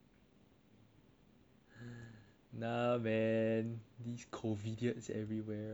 nah man these covidiots everywhere I don't trust them